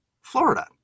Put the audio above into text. Florida